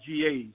GAs